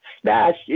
smash